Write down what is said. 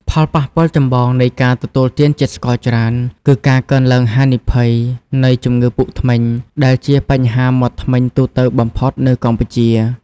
ផលប៉ះពាល់ចម្បងនៃការទទួលទានជាតិស្ករច្រើន គឺការកើនឡើងហានិភ័យនៃជំងឺពុកធ្មេញ ដែលជាបញ្ហាមាត់ធ្មេញទូទៅបំផុតនៅកម្ពុជា។